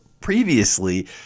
Previously